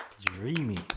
dreamy